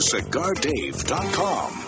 CigarDave.com